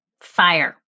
Fire